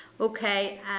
Okay